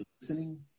listening